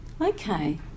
Okay